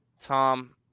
Tom